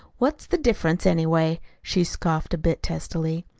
what's the difference, anyway? she scoffed a bit testily.